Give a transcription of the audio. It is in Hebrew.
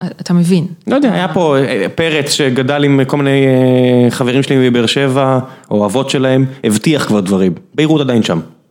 אתה מבין, לא יודע היה פה פרץ שגדל עם כל מיני חברים שלי מבאר שבע או אבות שלהם, הבטיח כבר דברים, ביירות עדיין שם.